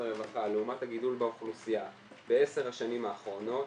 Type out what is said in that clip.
הרווחה לעומת הגידול באוכלוסייה בעשר השנים האחרונות,